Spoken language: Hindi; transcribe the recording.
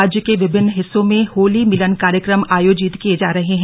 राज्य के विभिन्न हिस्सों में होली मिलन कार्यक्रम आयोजित किये जा रहे हैं